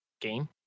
game